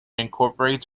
incorporates